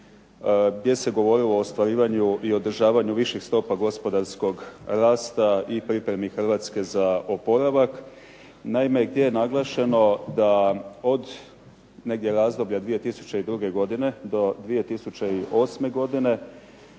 gdje se govorilo o ostvarivanju i održavanju viših stopa gospodarskog rasta i pripremi Hrvatske za oporavak. Naime gdje je naglašeno da od negdje razdoblja 2002. godine do 2008. godine,